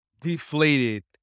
deflated